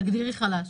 תגדירי חלש?